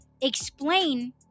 explain